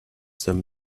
them